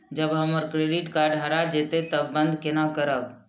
जब हमर credit card हरा जयते तब बंद केना करब?